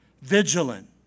vigilant